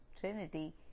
Trinity